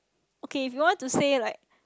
okay if you want to say like